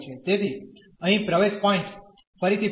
તેથી અહીં પ્રવેશ પોઇન્ટ ફરીથી પેરાબોલા છે